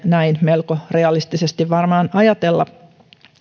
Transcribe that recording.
näin melko realistisesti varmaan ajatella